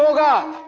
god